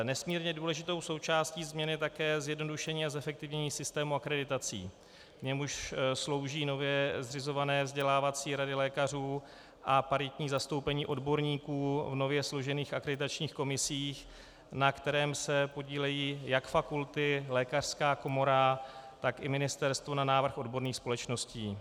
Nesmírně důležitou součástí změn je také zjednodušení a zefektivnění systému akreditací, k němuž slouží nově zřizované vzdělávací rady lékařů a paritní zastoupení odborníků v nově složených akreditačních komisích, na kterém se podílejí jak fakulty, lékařská komora, tak i ministerstvo na návrh odborných společností.